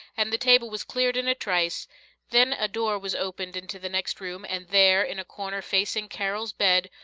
and the table was cleared in a trice then a door was opened into the next room, and there, in a corner facing carol's bed,